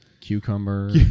Cucumber